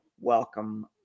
welcome